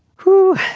who?